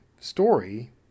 story